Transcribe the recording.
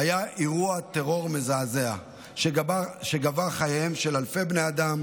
היה אירוע טרור מזעזע שגבה את חייהם של אלפי בני אדם